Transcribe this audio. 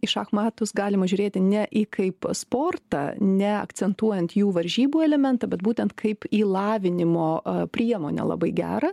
į šachmatus galima žiūrėti ne į kaip sportą ne akcentuojant jų varžybų elementą bet būtent kaip į lavinimo priemonę labai gerą